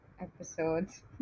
episodes